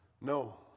No